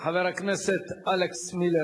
חבר הכנסת אלכס מילר,